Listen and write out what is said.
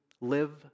live